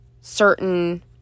certain